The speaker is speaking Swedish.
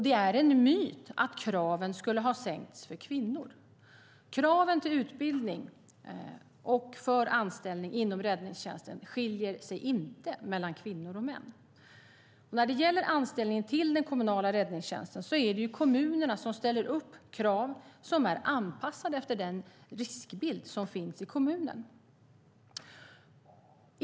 Det är en myt att kraven skulle ha sänkts för kvinnor. Kraven för utbildning och anställning inom räddningstjänsten skiljer sig inte för kvinnor och män. När det gäller anställningen till den kommunala räddningstjänsten är det kommunerna som ställer upp krav som är anpassade efter den riskbild som finns i kommunen.